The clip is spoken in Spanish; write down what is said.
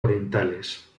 orientales